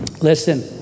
Listen